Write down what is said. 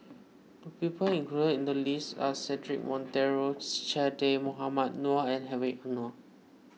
the people included in the list are Cedric Monteiro Che Dah Mohamed Noor and Hedwig Anuar